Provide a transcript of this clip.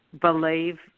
believe